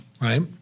right